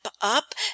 up